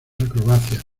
acrobacias